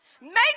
make